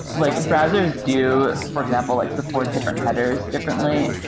like browsers do, for example, like support different headers differently.